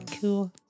Cool